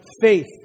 faith